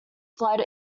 fled